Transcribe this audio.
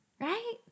right